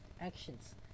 actions